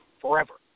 forever